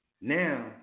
Now